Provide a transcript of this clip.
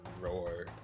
roar